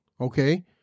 okay